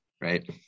right